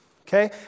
okay